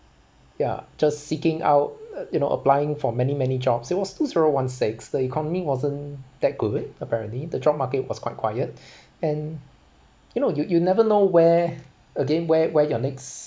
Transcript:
ya just seeking out you know applying for many many jobs so it was two zero one six the economy wasn't that good apparently the job market was quite quiet and you know you you never know where again where where your next